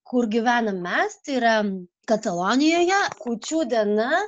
kur gyvenam mes tai yra katalonijoje kūčių diena